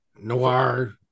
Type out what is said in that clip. Noir